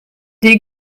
des